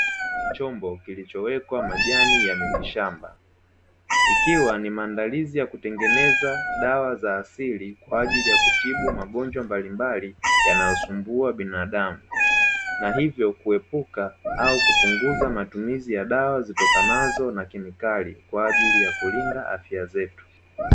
Chombo kilichowekwa majani ya mitishamba ikiwa ni maandalizi ya kutengeneza dawa za asili, kwa ajili ya kutibu magonjwa mbalimbali. yanayosumbua binadamu na hivyo kuepuka au kupunguza, matumizi ya dawa zitokanazo na kemikali kwa ajili ya kulinda afya zetu.